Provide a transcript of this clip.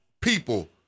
people